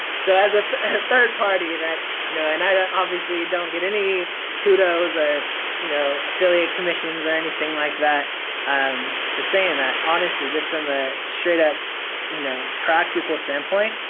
so as a third party you know and i obviously don't get any kudos or you know affiliate commissions or anything like that for saying that. honestly just from a straight up you know practical standpoint,